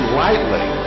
lightly